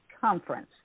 Conference